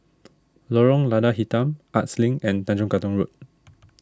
Lorong Lada Hitam Arts Link and Tanjong Katong Road